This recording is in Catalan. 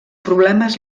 problemes